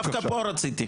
לא, דווקא פה רציתי.